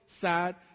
sad